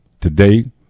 today